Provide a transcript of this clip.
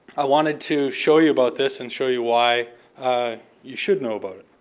i wanted to show you about this and show you why you should know about it.